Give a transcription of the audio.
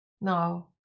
Now